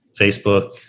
Facebook